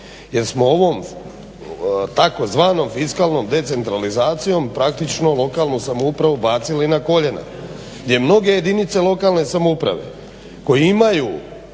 Jer smo ovom tzv. fiskalnom decentralizacijom praktično lokalnu samoupravu bacili na koljena, gdje mnoge jedinice lokalne samouprave koji imaju